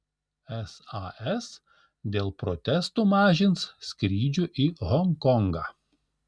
sas dėl protestų mažins skrydžių į honkongą